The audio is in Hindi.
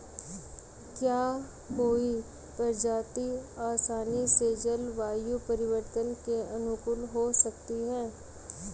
क्या कोई प्रजाति आसानी से जलवायु परिवर्तन के अनुकूल हो सकती है?